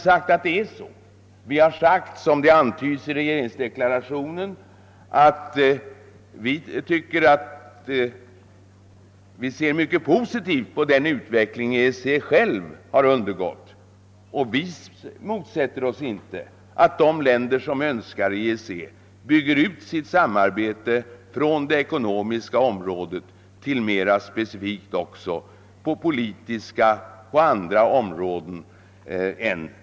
Som antyds i regeringsdeklarationen ser vi mycket positivt på den utveckling EEC själv har undergått, och vi motsätter oss inte att EEC för de länder som så önskar bygger ut sitt politiska samarbete till att omfatta inte bara det ekonomiska området utan också andra områden.